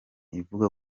ivuga